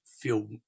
feel